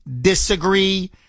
Disagree